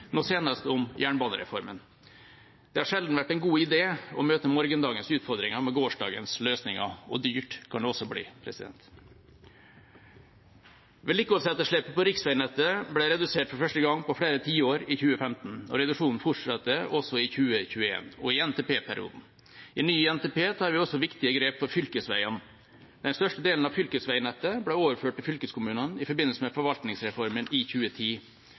nå senest om jernbanereformen. Det har sjelden vært en god idé å møte morgendagens utfordringer med gårsdagens løsninger, og dyrt kan det også bli. Vedlikeholdsetterslepet på riksveinettet ble redusert for første gang på flere tiår i 2015, og reduksjonen fortsetter også i 2021 og i NTP-perioden. I ny NTP tar vi også viktige grep for fylkesveiene. Den største delen av fylkesveinettet ble overført til fylkeskommunene i forbindelse med forvaltningsreformen i 2010.